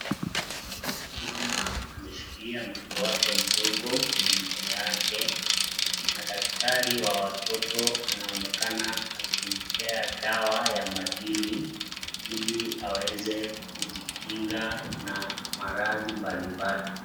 Mama ameshikilia mtoto wake mdogo kwenye mikono yake na daktari wa watoto anaonekana akimpea dawa ya madini ili aweze kujikinga na maradhi mbalimbali.